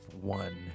one